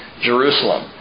Jerusalem